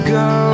go